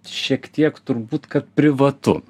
šiek tiek turbūt kad privatu